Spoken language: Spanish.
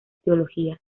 teología